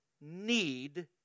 need